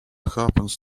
happens